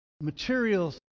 materials